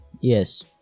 yes